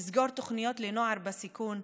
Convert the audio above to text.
לסגור תוכניות לנוער בסיכון,